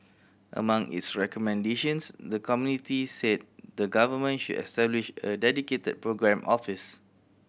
among its recommendations the committee said the Government should establish a dedicated programme office